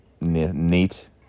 neat